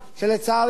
לצערי הרב,